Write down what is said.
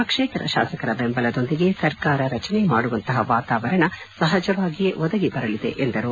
ಪಕ್ಷೇತರ ಶಾಸಕರ ಬೆಂಬಲದೊಂದಿಗೆ ಸರ್ಕಾರ ರಚನೆ ಮಾಡುವಂತಪ ವಾತಾವರಣ ಸಹಜವಾಗಿಯೇ ಒದಗಿ ಬರಲಿದೆ ಎಂದರು